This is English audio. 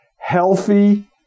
healthy